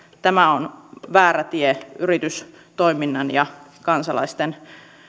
tämä on väärä tie yritystoiminnan ja kansalaisten